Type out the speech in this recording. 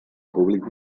públic